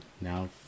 now